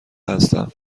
هستم